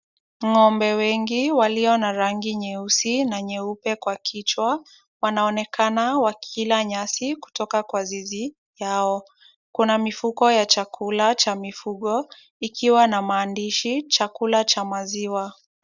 Ng'ombe wengi walio na rangi nyeusi na nyeupe kwa kichwa, wanaonekana wakila nyasi kutoka kwa zizi yao. Kuna mifuko ya chakula cha mifugo ikiwa na maandishi, chakula cha maziwa.